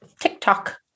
tiktok